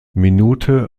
minute